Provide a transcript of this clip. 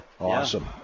Awesome